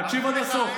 רגע, תקשיב עד הסוף.